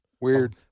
Weird